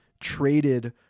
traded